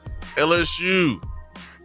LSU